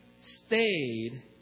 stayed